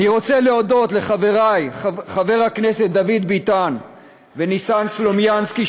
אני רוצה להודות לחברי חברי הכנסת דוד ביטן וניסן סלומינסקי,